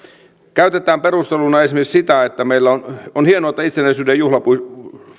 käytetään perusteluna esimerkiksi sitä että on on hienoa että itsenäisyyden juhlapuistot